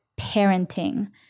parenting